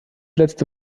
letzte